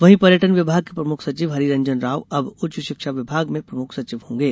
वहीं पर्यटन विभाग के प्रमुख सचिव हरिरंजन राव अब उच्च शिक्षा विभाग में प्रमुख सचिव होंगे